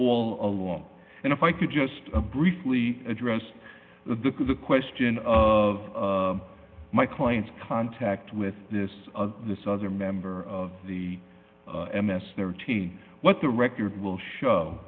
all along and if i could just briefly address the the question of my client's contact with this of this other member of the m s their team what the record will show